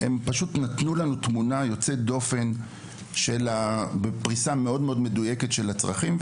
הם פשוט נתנו לנו תמונה יוצאת דופן בפריסה מדויקת מאוד של הצרכים.